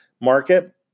market